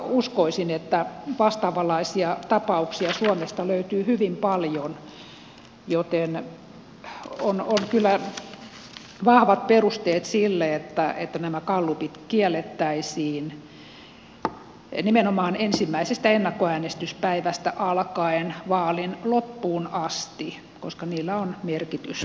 uskoisin että vastaavanlaisia tapauksia suomesta löytyy hyvin paljon joten on kyllä vahvat perusteet sille että nämä gallupit kiellettäisiin nimenomaan ensimmäisestä ennakkoäänestyspäivästä alkaen vaalin loppuun asti koska niillä on merkitystä